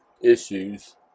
issues